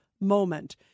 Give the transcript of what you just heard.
moment